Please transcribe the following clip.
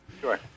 Sure